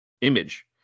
image